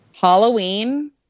Halloween